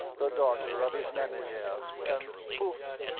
the daughter of his manager, and, pouf!